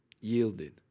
yielded